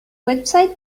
website